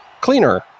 Cleaner